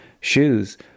shoes